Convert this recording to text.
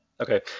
Okay